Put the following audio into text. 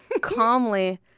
calmly